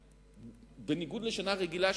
שבניגוד לשנה רגילה,